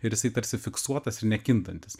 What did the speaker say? ir jisai tarsi fiksuotas ir nekintantis